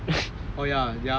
ya we don't know